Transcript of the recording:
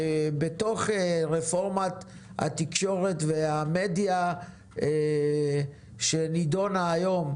בתוך רפורמת התקשורת והמדיה שנידונה היום.